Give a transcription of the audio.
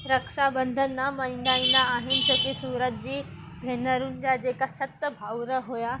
रक्षाबंधन न मल्हाईंदा आहिनि छोकी सूरत जी भेनरुनि जा जेके सत भाउर हुआ